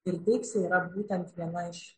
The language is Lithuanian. ir deiksė yra būtent viena iš